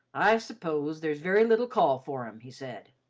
i s'pose there is very little call for em, he said,